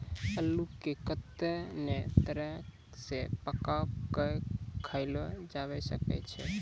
अल्लू के कत्ते नै तरह से पकाय कय खायलो जावै सकै छै